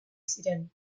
ziren